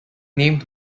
named